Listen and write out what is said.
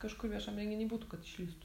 kažkur viešam renginy būtų kad išlįstų